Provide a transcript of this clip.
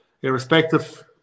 irrespective